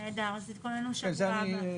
נהדר, אז תתכוננו בשבוע הבא.